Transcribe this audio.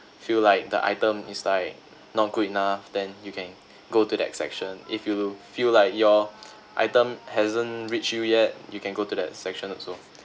feel like the item is like not good enough then you can go to that section if you feel like your item hasn't reached you yet you can go to that section also